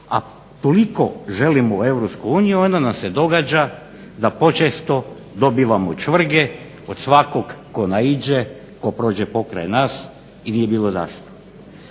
a toliko želimo u EU onda nam se događa da počesto dobivamo čvrge od svakog tko naiđe, tko prođe pokraj nas i nije bilo zašto.